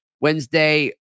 Wednesday